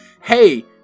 Hey